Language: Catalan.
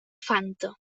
fanta